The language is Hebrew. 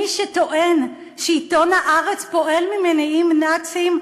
מי שטוען שעיתון "הארץ" פועל ממניעים נאציים,